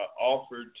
offered